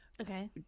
Okay